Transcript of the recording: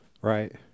right